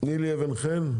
נילי אבן חן?